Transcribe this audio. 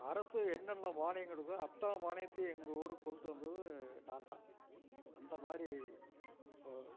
அரசு என்னென்ன மானியம் கொடுக்குதோ அத்தனை மானியத்தையும் எங்கள் ஊருக்கு கொண்டு வந்தது நாந்தான் அந்த மாதிரி